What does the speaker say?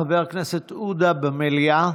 חבר הכנסת עודה במליאה?